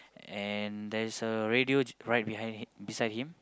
and there is a radio right behind him beside him